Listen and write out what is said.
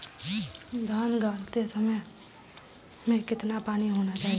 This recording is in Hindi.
धान गाड़ते समय खेत में कितना पानी होना चाहिए?